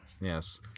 yes